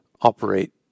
operate